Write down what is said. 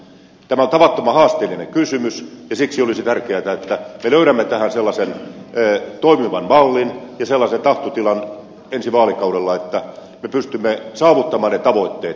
tämä on tavattoman haasteellinen kysymys ja siksi olisi tärkeätä että me löydämme tähän sellaisen toimivan mallin ja sellaisen tahtotilan ensi vaalikaudella että me pystymme saavuttamaan ne tavoitteet